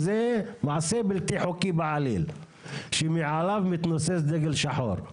זה מעשה בלתי חוקי בעליל שמעליו מתנוסס דגל שחור.